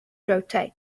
rotate